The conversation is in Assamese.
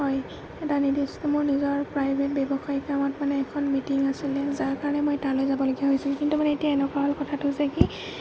হয় এটা নিৰ্দিষ্ট মোৰ নিজৰ প্ৰাইভেট ব্যৱসায়িক কামত মানে এখন মিটিং আছিলে যাৰ কাৰণে মই তালৈ যাবলগীয়া হৈছিল কিন্তু মানে এতিয়া এনেকুৱা হ'ল কথাটো যে কি